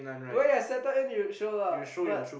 where you settled in you'll show lah but